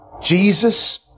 Jesus